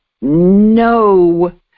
no